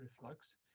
reflux